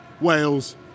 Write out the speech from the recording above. Wales